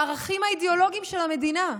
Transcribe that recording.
מחדש בערכים האידיאולוגיים של המדינה.